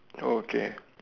okay